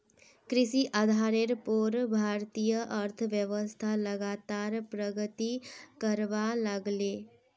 कृषि आधारेर पोर भारतीय अर्थ्वैव्स्था लगातार प्रगति करवा लागले